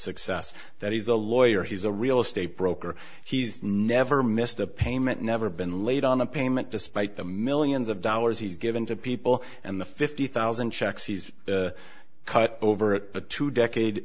success that he's a lawyer he's a real estate broker he's never missed a payment never been late on a payment despite the millions of dollars he's given to people and the fifty thousand checks he's cut over the two decade